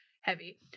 heavy